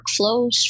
workflows